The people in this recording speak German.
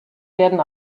werden